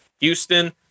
Houston